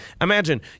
Imagine